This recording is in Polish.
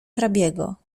hrabiego